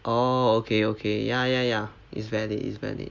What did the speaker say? oh okay okay ya ya ya is valid is valid